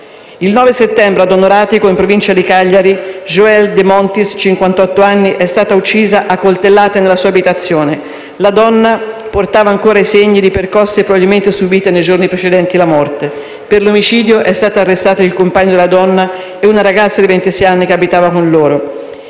Il 9 settembre a Donoratico, in provincia di Cagliari, Joelle Demontis, di cinquantotto anni, è stata uccisa a coltellate nella sua abitazione. La donna portava ancora i segni di percosse probabilmente subite nei giorni precedenti la morte. Per l'omicidio sono stati arrestati il compagno della donna e una ragazza di ventisei anni che abitava con loro.